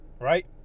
Right